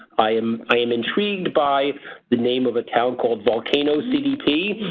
i am i am intrigued by the name of a town called volcano cdp.